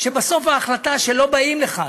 שבסוף ההחלטה היא שלא באים לכאן,